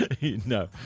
no